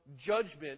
judgment